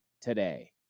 today